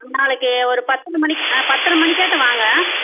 நாளைக்கு ஒரு பத்துமணிக்கு ஆ பத்தரை மணிக்கிட்ட வாங்க